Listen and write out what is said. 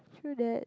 true that